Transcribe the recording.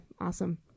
awesome